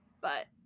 but-